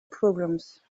problems